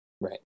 Right